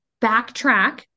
backtrack